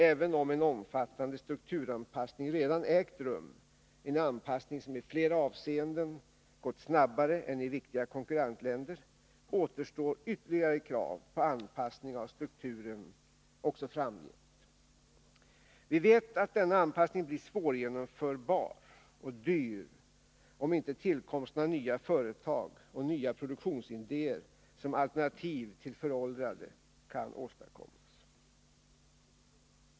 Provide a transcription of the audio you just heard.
Även om en omfattande strukturanpassning redan ägt rum, en anpassning som i flera avseenden gått snabbare än i viktiga konkurrentländer, återstår ytterligare krav på anpassning av strukturen även framgent. Vi vet att denna anpassning blir svårgenomförbar och dyr, om inte tillkomsten av nya företag och nya produktionsidéer som alternativ till föråldrade kan åstadkommas.